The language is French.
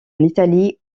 italie